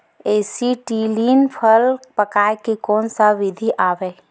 Acetylene फल पकाय के कोन सा विधि आवे?